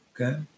Okay